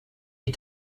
die